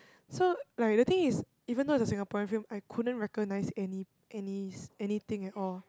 so like the thing is even though is a Singaporean film I couldn't recognise any any anything at all